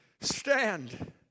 stand